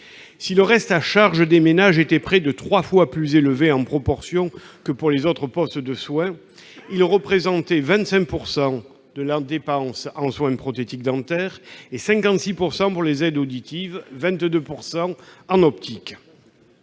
Si le reste à charge des ménages était près de trois fois plus élevé en proportion que pour les autres postes de soins, il représentait 25 % de la dépense en soins prothétiques dentaires, 56 % pour les aides auditives et 22 % en optique.